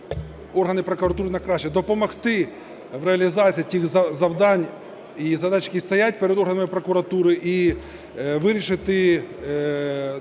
органи прокуратури на краще. Допомогти в реалізації тих завдань і задач, які стоять перед органами прокуратури, і вирішити ті кола